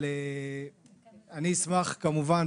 אשמח כמובן,